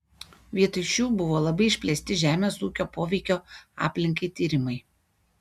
vietoj šių buvo labai išplėsti žemės ūkio poveikio aplinkai tyrimai